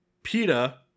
PETA